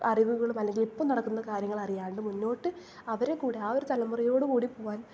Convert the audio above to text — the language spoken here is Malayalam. അറിവുകളും അല്ലെങ്കിൽ ഇപ്പം നടക്കുന്ന കാര്യങ്ങള് അറിയാണ്ട് മുന്നോട്ട് അവരെ കൂടെ ആ ഒര് തലമുറയോട് കൂടി പോകാൻ